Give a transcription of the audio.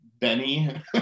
benny